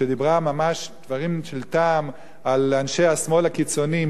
שדיברה ממש דברים של טעם על אנשי השמאל הקיצוני,